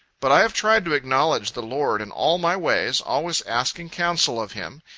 but i have tried to acknowledge the lord in all my ways, always asking counsel of him,